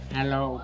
Hello